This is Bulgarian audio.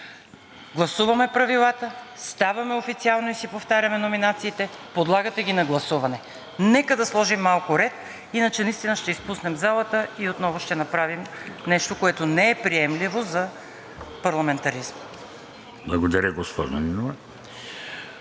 Гласуваме правилата, ставаме официално и си повтаряме номинациите, подлагате ги на гласуване. Нека да сложим малко ред, иначе наистина ще изпуснем залата и отново ще направим нещо, което не е приемливо за парламентаризма. ВРЕМЕНЕН